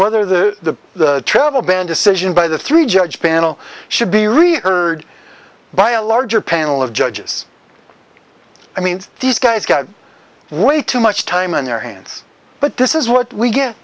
whether the travel ban decision by the three judge panel should be reheard by a larger panel of judges i mean these guys got way too much time on their hands but this is what we get